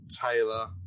Taylor